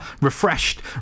refreshed